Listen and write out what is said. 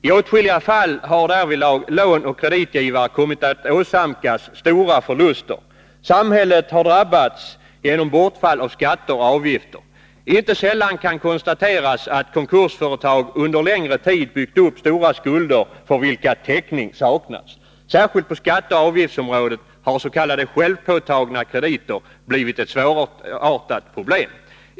I åtskilliga fall har därvidlag lånoch kreditgivare kommit att åsamkas stora förluster. Samhället har drabbats genom bortfall av skatter och avgifter. Inte sällan kan konstateras att konkursföretag under längre tid byggt upp stora skulder för vilka täckning saknats. Särskilt på skatteoch avgiftsområdet har s.k. självpåtagna krediter blivit ett svårartat problem.